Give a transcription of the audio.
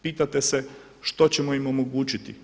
Pitate se što ćemo im omogućiti.